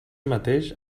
mateix